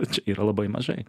čia yra labai mažai